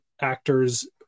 actors